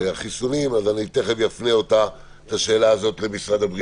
החיסונים, אני תיכף אפנה למשרד הבריאות.